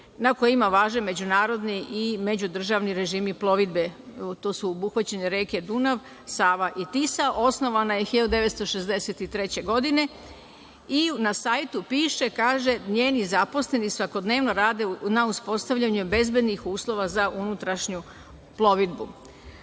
na kojima važe međunarodni i međudržavni režimi plovidbe. Tu su obuhvaćene reke Dunav, Sava i Tisa. Osnovana je 1963. godine i na sajtu piše, kaže – njeni zaposleni svakodnevno rade na uspostavljanju bezbednih uslova za unutrašnju plovidbu. Pošto